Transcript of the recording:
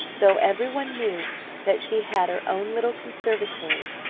though every one knew that she had her own little conservatory,